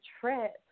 trip